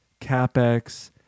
CapEx